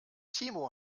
timo